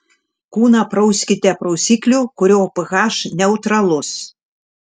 kūną prauskite prausikliu kurio ph neutralus